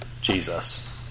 Jesus